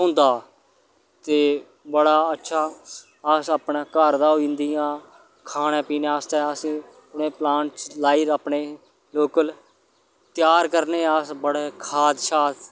होंदा ते बड़ा अच्छा अस अपने घर दा होई जन्दियां खाने पीने आस्तै अस में प्लांट्स लाई दे अपने लोकल त्यार करने अस बड़े खास शास